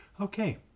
Okay